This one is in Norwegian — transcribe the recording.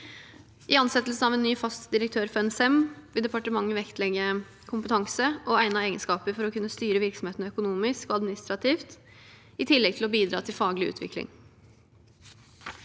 I ansettelsen av en ny, fast direktør for NSM vil departementet vektlegge kompetanse og egnede egenskaper for å kunne styre virksomheten økonomisk og administrativt, i tillegg til å bidra til faglig utvikling.